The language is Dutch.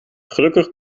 gelukkig